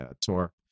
tour